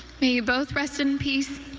may you both rest in peace,